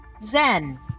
Zen